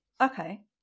Okay